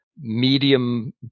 medium